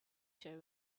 show